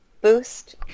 boost